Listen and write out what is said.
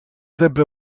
sempre